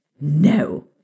no